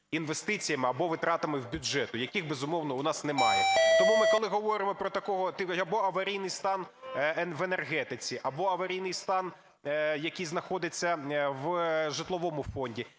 або витратами бюджету, яких, безумовно, у нас немає. Тому, коли ми говоримо про… або аварійний стан в енергетиці, або аварійний стан, який знаходиться в житловому фонді,